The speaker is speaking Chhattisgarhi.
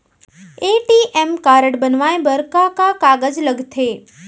ए.टी.एम कारड बनवाये बर का का कागज लगथे?